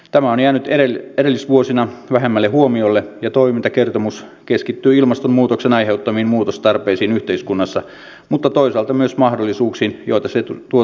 tämä on jäänyt edellisvuosina vähemmälle huomiolle ja toimintakertomus keskittyy ilmastonmuutoksen aiheuttamiin muutostarpeisiin yhteiskunnassa mutta toisaalta myös mahdollisuuksiin joita se tuo tullessaan